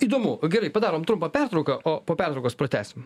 įdomu gerai padarom trumpą pertrauką o po pertraukos pratęsim